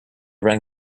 rang